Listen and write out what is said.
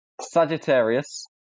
Sagittarius